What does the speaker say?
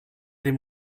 dem